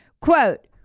Quote